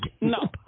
No